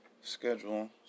schedule